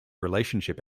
relationship